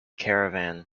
caravan